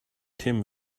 tim